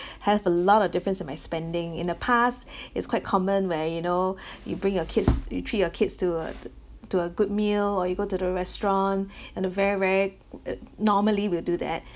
have a lot of difference in my spending in the past is quite common where you know you bring your kids you treat your kids to a to to a good meal or you go to the restaurant at a very where normally we'll do that